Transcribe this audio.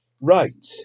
Right